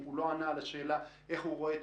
הוא לא ענה על השאלה: איך הוא רואה את